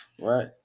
Right